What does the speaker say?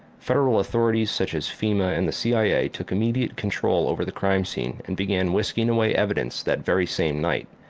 federal authorities such as fema and the cia took immediate control over the crime scene and began whisking away evidence that very same night.